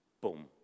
Boom